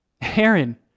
Aaron